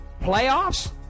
playoffs